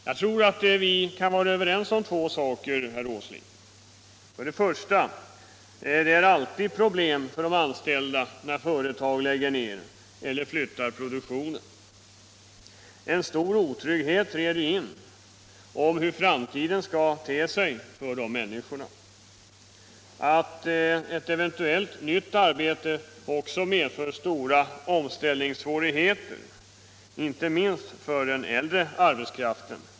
Jag tror att vi kan vara överens om två saker, herr Åsling: För det första är det alltid problem för de anställda där företag lägger ned eller flyttar produktionen. En stor otrygghet träder in om hur framtiden skall te sig för de människorna. Det är också känt att ett eventuellt nytt arbete medför stora omställningssvårigheter inte minst för den äldre arbetskraften.